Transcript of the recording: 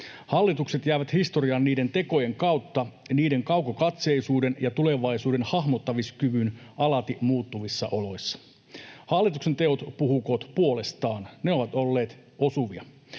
Hallitukset jäävät historiaan niiden tekojen, niiden kaukokatseisuuden ja tulevaisuuden hahmottamiskyvyn kautta alati muuttuvissa oloissa. Hallituksen teot puhukoot puolestaan — ne ovat olleet osuvia.